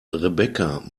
rebecca